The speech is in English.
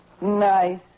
nice